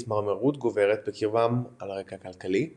להתמרמרות גוברת בקרבם על רקע כלכלי ופוליטי.